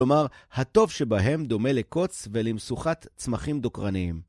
כלומר, הטוב שבהם דומה לקוץ ולמשוכת צמחים דוקרניים.